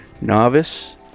novice